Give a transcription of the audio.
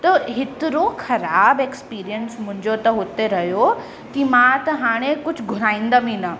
त हेतिरो ख़राबु एक्सपीरियंस मुंहिंजो त हुते रहियो कि मां त हाणे कुझु घुराईंदमि ई न